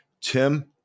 tim